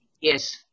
Yes